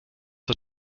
das